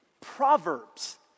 proverbs